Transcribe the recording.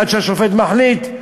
עד שהשופט מחליט.